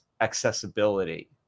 accessibility